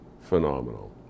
phenomenal